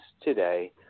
today